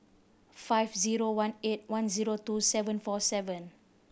five zero one eight one zero two seven four seven